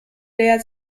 der